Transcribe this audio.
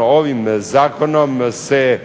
ovim zakonom se